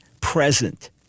present